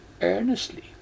earnestly